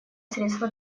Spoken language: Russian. средство